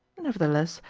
nevertheless,